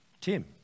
Tim